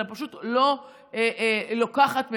אלא פשוט לא לוקחת ממנו.